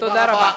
תודה רבה.